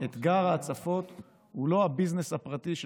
אתגר ההצפות הוא לא הביזנס הפרטי של